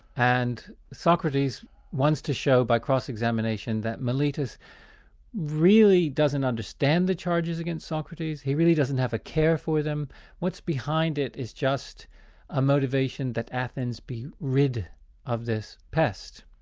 and socrates wants to show, by cross-examination, that meletus really doesn't understand the charges against socrates, he really doesn't have a care for them what's behind it is just a motivation that athens be rid of this pest.